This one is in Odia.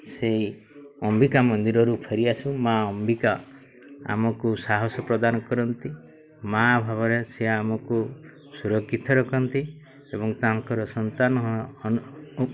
ସେଇ ଅମ୍ବିକା ମନ୍ଦିରରୁ ଫେରି ଆସୁ ମାଆ ଅମ୍ବିକା ଆମକୁ ସାହାସ ପ୍ରଦାନ କରନ୍ତି ମାଆ ଭାବରେ ସେ ଆମକୁ ସୁରକ୍ଷିତ ରଖନ୍ତି ଏବଂ ତାଙ୍କର ସନ୍ତାନ